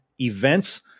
events